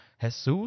Jesus